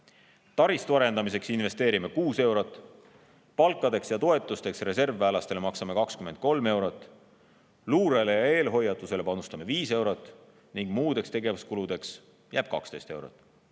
taristu arendamiseks investeerime 6 eurot, palkadeks ja toetusteks reservväelastele maksame 23 eurot, luurele ja eelhoiatusele panustame 5 eurot ning muudeks tegevuskuludeks jääb 12 eurot.